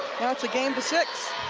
a game to six.